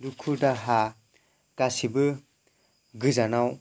दुखु दाहा गासिबो गोजानाव